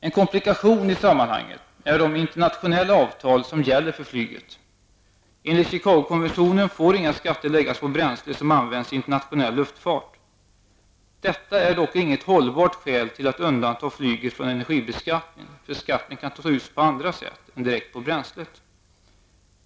En komplikation i sammanhanget är de internationella avtal som gäller för flyget. Enligt Chicago-konventionen får inga skatter läggas på bränsle som används i internationell luftfart. Detta är dock inget hållbart skäl för att undanta flyget från energibeskattning. Skatten kan tas ut på andra sätt än direkt på bränslet.